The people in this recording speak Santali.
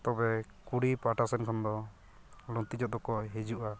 ᱛᱚᱵᱮ ᱠᱩᱲᱤ ᱯᱟᱦᱴᱟ ᱥᱮᱱ ᱠᱷᱚᱱᱫᱚ ᱞᱩᱝᱛᱤᱡᱚᱜ ᱫᱚᱠᱚ ᱦᱤᱡᱩᱜᱼᱟ